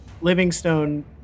Livingstone